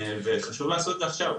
וחשוב לעשות את זה עכשיו.